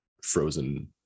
frozen